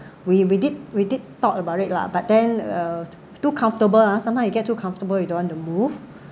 we we did we did talk about it lah but then uh too comfortable ah sometimes you get too comfortable you don't want to move